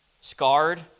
scarred